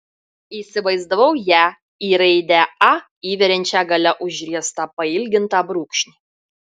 įsivaizdavau ją į raidę a įveriančią gale užriestą pailgintą brūkšnį